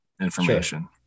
information